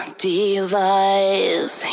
device